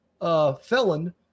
felon